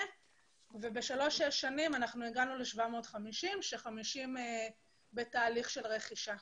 ובשלוש שנים הגענו ל-750 כש-50 בתהליך של רכישה.